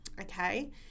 Okay